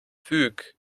wyk